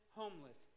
homeless